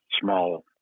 small